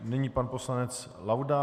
Nyní pan poslanec Laudát.